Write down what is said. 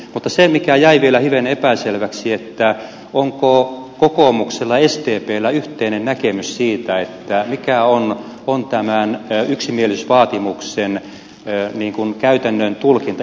mutta se jäi vielä hivenen epäselväksi onko kokoomuksella ja sdpllä yhteinen näkemys siitä mikä on tämän yksimielisyysvaatimuksen käytännön tulkinta